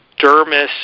dermis